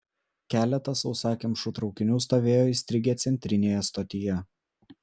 keletas sausakimšų traukinių stovėjo įstrigę centrinėje stotyje